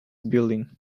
building